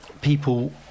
people